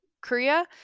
Korea